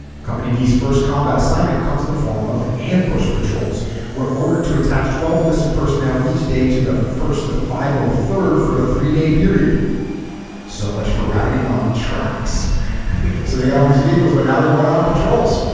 company d's first combat assignment comes in the form of ambush patrols we're ordered to attach twelve enlisted personnel each day to the first the five hundred and third for a three-day period so much for riding on tracks so they got all these vehicles but now they're going out on patrols